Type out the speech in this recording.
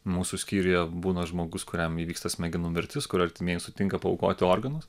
mūsų skyriuje būna žmogus kuriam įvyksta smegenų mirtis kur artimieji sutinka paaukoti organus